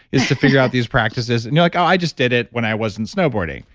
is to figure out these practices and you're like, oh i just did it when i wasn't snowboarding.